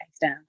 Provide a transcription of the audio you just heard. down